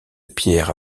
pierre